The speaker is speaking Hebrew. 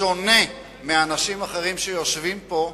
שלא כמו אנשים אחרים שיושבים פה,